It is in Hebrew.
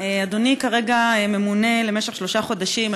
אדוני השר.